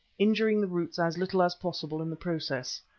injuring the roots as little as possible in the process.